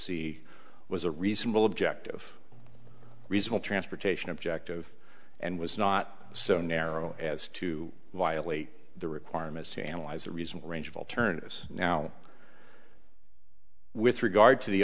e was a reasonable objective reasonable transportation objective and was not so narrow as to violate the requirements to analyze a reasonable range of alternatives now with regard to the